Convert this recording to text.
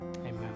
amen